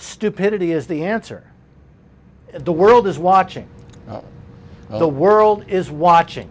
stupidity is the answer the world is watching and the world is watching